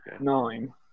Nine